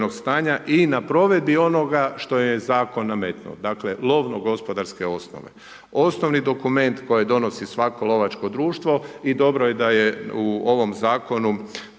i na provedbi onoga što je zakon nametnuo. Dakle, lovno gospodarske osnove, osnovni dokument koje donosi svako lovačko društvo i dobro je da je u ovom zakonu